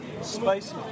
Spicy